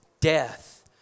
Death